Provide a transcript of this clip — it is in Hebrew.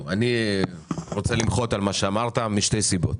טוב, אני רוצה למחות על מה שאמרת משתי סיבות.